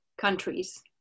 countries